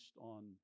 on